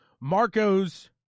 Marco's